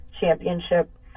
championship